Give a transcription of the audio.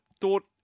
thought